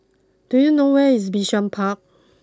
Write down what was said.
do you know where is Bishan Park